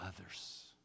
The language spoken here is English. others